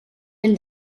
and